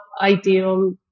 ideal